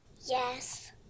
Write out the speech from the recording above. Yes